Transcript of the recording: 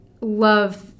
love